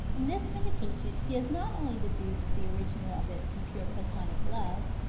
in this vindication he has not only deduced the original of it from pure platonic love,